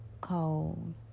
cold